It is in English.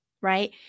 right